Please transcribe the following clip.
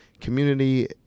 community